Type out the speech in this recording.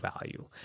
value